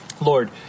Lord